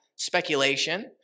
speculation